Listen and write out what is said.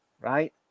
right